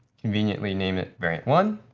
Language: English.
conveniently name it variant one,